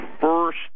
first